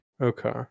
Okay